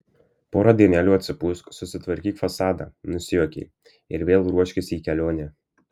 porą dienelių atsipūsk susitvarkyk fasadą nusijuokė ir vėl ruoškis į kelionę